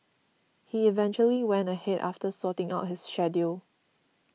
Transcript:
he eventually went ahead after sorting out his schedule